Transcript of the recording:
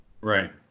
right